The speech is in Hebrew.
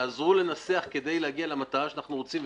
תעזרו לנסח כדי להגיע למטרה שאנחנו רוצים,